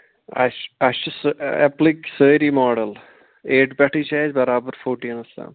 اَسہِ چھِ اَسہِ چھِ سہٕ اٮ۪پلٕکۍ سٲری ماڈَل ایٹ پٮ۪ٹھٕے چھِ اَسہِ برابر فوٹیٖنَس تام